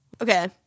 Okay